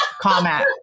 comment